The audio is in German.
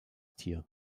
tier